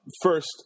First